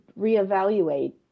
reevaluate